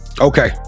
Okay